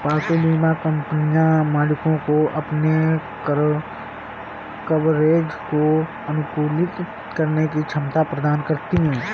पालतू बीमा कंपनियां मालिकों को अपने कवरेज को अनुकूलित करने की क्षमता प्रदान करती हैं